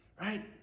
right